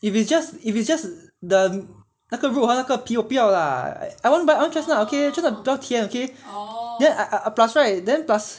if it's just if it's just the 那个肉还有那个皮我不要啦 I want buy I want chestnut lah okay chestnut 比较甜 lah okay then I I I plus right then plus